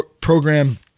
program